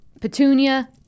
Petunia